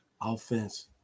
Offense